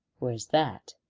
where's that?